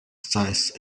size